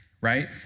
right